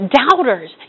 doubters